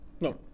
No